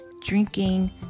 drinking